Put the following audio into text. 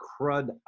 crud